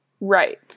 Right